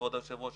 כבוד היושב ראש,